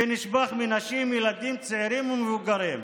שנשפך מנשים, ילדים, צעירים ומבוגרים?